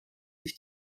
sich